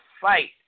fight